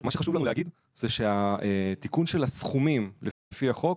מה שחשוב לנו להגיד זה שהתיקון של הסכומים לפי החוק